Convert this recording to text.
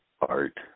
art